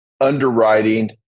underwriting